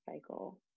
cycle